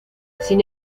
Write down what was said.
sin